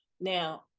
Now